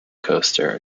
coaster